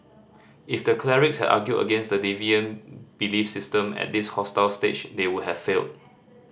if the clerics had argued against the deviant belief system at this hostile stage they would have failed